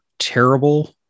terrible